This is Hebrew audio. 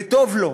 וטוב לו.